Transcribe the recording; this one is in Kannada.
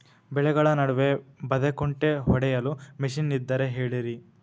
ಬೆಳೆಗಳ ನಡುವೆ ಬದೆಕುಂಟೆ ಹೊಡೆಯಲು ಮಿಷನ್ ಇದ್ದರೆ ಹೇಳಿರಿ